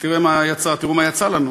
תראו מה יצא לנו: